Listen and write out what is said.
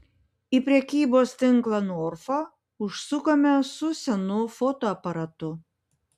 į prekybos tinklą norfa užsukome su senu fotoaparatu